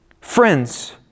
Friends